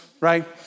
right